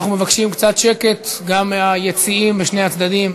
אנחנו מבקשים קצת שקט גם מהיציעים בשני הצדדים.